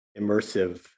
immersive